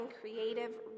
creative